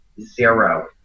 zero